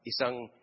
isang